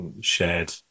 shared